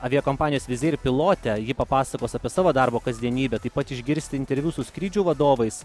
aviakompanijos vizeir pilotę ji papasakos apie savo darbo kasdienybę taip pat išgirsite interviu su skrydžių vadovais